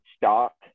stock